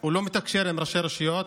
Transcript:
לא מתקשר עם ראשי רשויות,